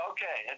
Okay